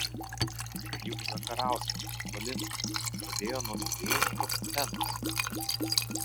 juk zakarauskas valinskas pradėjo nuo mėgėjiškos scenos